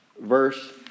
verse